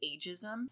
ageism